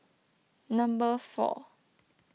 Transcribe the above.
number four